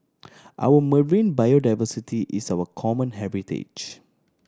our marine biodiversity is our common heritage